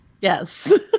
Yes